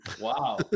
Wow